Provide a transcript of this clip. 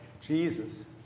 Jesus